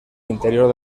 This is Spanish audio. interior